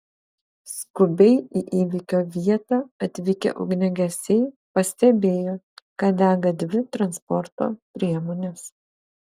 skubiai į įvykio vietą atvykę ugniagesiai pastebėjo kad dega dvi transporto priemonės